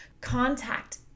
contact